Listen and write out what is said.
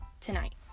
tonight